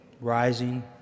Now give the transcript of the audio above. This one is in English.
rising